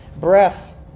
breath